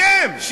אתם,